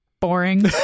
boring